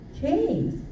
change